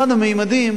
אחד הממדים